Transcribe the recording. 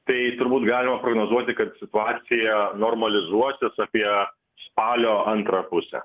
tai turbūt galima prognozuoti kad situacija normalizuosis apie spalio antrą pusę